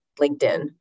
linkedin